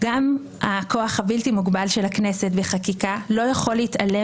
גם הכוח הבלתי מוגבל של הכנסת בחקיקה לא יכול להתעלם